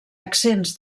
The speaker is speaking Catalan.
accents